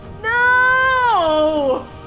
No